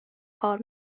کار